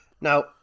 now